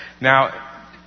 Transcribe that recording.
Now